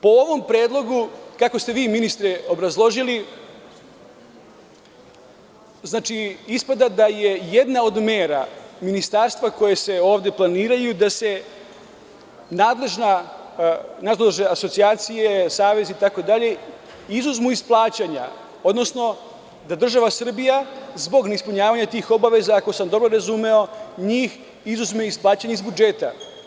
Po ovom predlogu, kako ste vi ministre obrazložili, znači, ispada da je jedna od mera ministarstva koje se ovde planiraju da se nadležne asocijacije, savezi, itd, izuzmu iz plaćanja, odnosno da država Srbija zbog neispunjavanja tih obaveza, ako sam dobro razumeo, njih izuzme iz plaćanja iz budžeta.